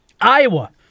Iowa